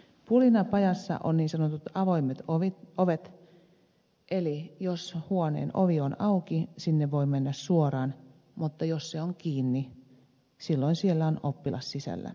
pulinapajassa on niin sanotut avoimet ovet eli jos huoneen ovi on auki sinne voi mennä suoraan mutta jos se on kiinni silloin siellä on oppilas sisällä